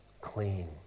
clean